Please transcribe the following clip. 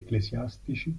ecclesiastici